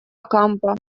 окампо